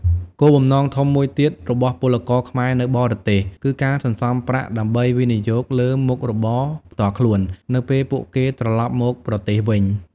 គោលបំណងធំមួយទៀតរបស់ពលករខ្មែរនៅបរទេស គឺការសន្សំប្រាក់ដើម្បីវិនិយោគលើមុខរបរផ្ទាល់ខ្លួននៅពេលពួកគេត្រឡប់មកប្រទេសវិញ។